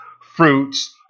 fruits